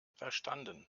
verstanden